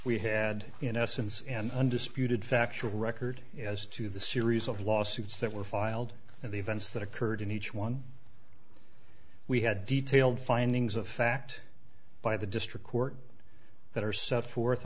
we had in essence an undisputed factual record as to the series of lawsuits that were filed and the events that occurred in each one we had detailed findings of fact by the district court that are set forth